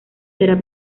será